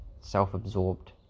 self-absorbed